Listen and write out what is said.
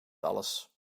alles